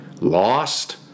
lost